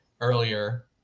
earlier